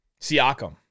Siakam